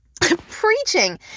preaching